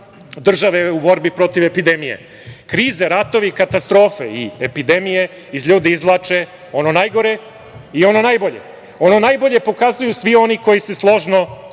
države u borbi protiv epidemije. Krize, ratovi, katastrofe i epidemije iz ljudi izvlače ono najgore i ono najbolje. Ono najbolje pokazuju svi oni koji se složno